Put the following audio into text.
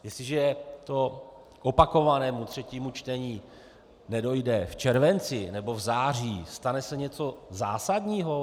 Jestliže k opakovanému třetímu čtení nedojde v červenci nebo v září, stane se něco zásadního?